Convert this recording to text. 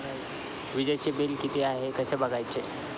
वीजचे बिल किती आहे कसे बघायचे?